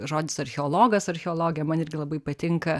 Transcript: žodis archeologas archeologė man irgi labai patinka